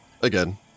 again